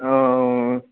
औ